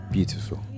Beautiful